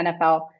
NFL